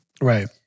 Right